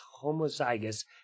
homozygous